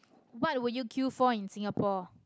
what will you queue for in Singapore